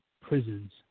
prisons